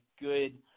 good